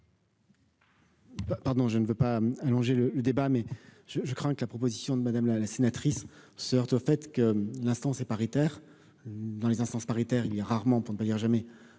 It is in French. Pardon, je ne veux pas allonger le le débat mais je crains que la proposition de madame la sénatrice se au fait que l'instant paritaire dans les instances paritaires, il y a rarement pour ne pas dire jamais